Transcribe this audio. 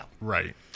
Right